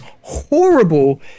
horrible